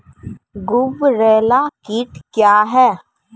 गुबरैला कीट क्या हैं?